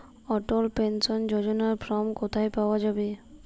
অটল pension যোজনার form কোথায় পাওয়া যাবে?